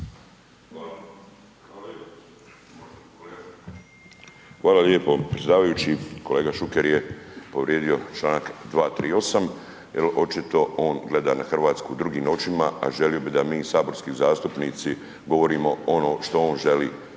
Hvala lijepo predsjedavajući. Kolega Šuker je povrijedio članak 238. jer očito on gleda na Hrvatsku drugim očima a želio bi da mi saborski zastupnici govorimo ono što on želi.